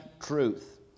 truth